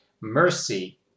mercy